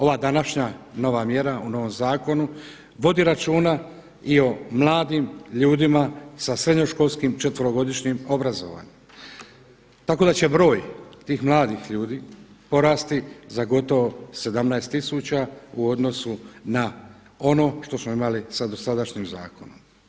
Ova današnja nova mjera u novom zakonu vodi računa i o mladim ljudima sa srednjoškolskim četverogodišnjim obrazovanjem, tako da će broj tih mladih ljudi porasti za gotovo 17000 u odnosu na ono što smo imali sa dosadašnjim zakonom.